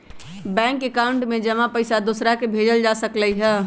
bank account में जमा पईसा दूसरा के भेजल जा सकलई ह